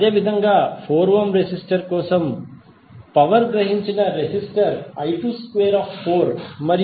అదేవిధంగా 4 ohm resistor కోసం power గ్రహించిన రెసిస్టర్ I22 మరియు అది 436